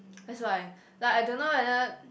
that's why like I don't know whether